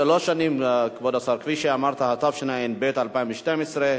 התשע"ב 2012,